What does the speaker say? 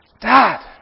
dad